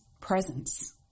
presence